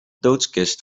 doodskist